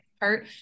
hurt